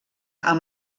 amb